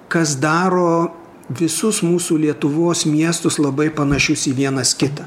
kas daro visus mūsų lietuvos miestus labai panašius į vienas kitą